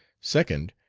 second,